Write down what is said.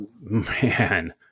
Man